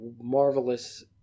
marvelous